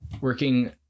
working